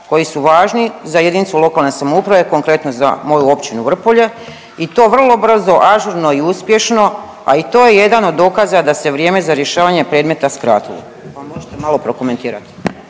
koji su važni za jedinicu lokalne samouprave konkretno za moju Općinu Vrpolje i to vrlo brzo, ažurno i uspješno, a i to je jedan od dokaza da se vrijeme za rješavanje predmeta skratilo, pa možete malo prokomentirati.